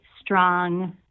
strong